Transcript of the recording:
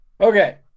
Okay